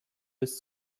bis